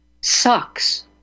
sucks